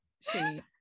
she-